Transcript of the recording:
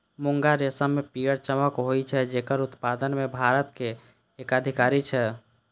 मूंगा रेशम मे पीयर चमक होइ छै, जेकर उत्पादन मे भारत के एकाधिकार छै